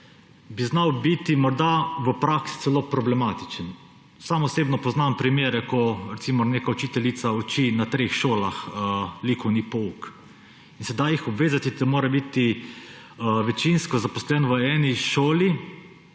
poslancev morda v praksi celo problematičen. Sam osebno poznam primere, ko neka učiteljica uči na treh šolah likovni pouk. In sedaj jih obvezati, da mora biti večinsko zaposlen v eni šoli,